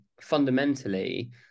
fundamentally